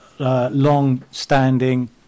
Long-standing